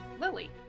Lily